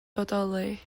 bodoli